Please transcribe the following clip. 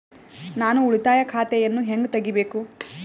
ನಾನು ಉಳಿತಾಯ ಖಾತೆಯನ್ನು ಹೆಂಗ್ ತಗಿಬೇಕು?